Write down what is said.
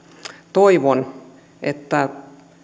toivon että